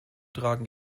tragen